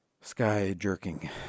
sky-jerking